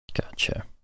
Gotcha